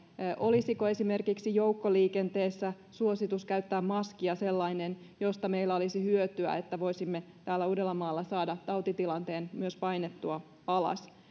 olisiko esimerkiksi joukkoliikenteessä suositus käyttää maskia sellainen josta meille olisi hyötyä niin että voisimme myös täällä uudellamaalla saada tautitilanteen painettua alas